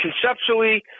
conceptually